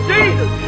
Jesus